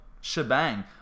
shebang